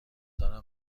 دارم